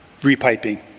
repiping